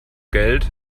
geld